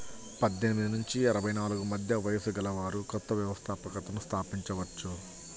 పద్దెనిమిది నుంచి అరవై నాలుగు మధ్య వయస్సు గలవారు కొత్త వ్యవస్థాపకతను స్థాపించవచ్చు